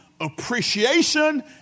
appreciation